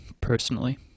personally